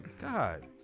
God